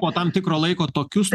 po tam tikro laiko tokius